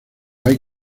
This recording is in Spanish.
hay